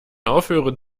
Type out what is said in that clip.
aufhören